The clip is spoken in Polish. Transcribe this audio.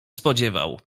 spodziewał